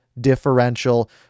differential